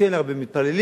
שאין הרבה מתפללים,